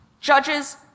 judges